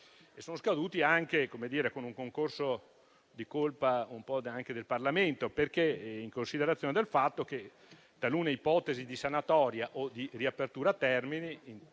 sono scaduti e anche con un concorso di colpa del Parlamento, in considerazione del fatto che talune ipotesi di sanatoria o di riapertura termini